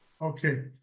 Okay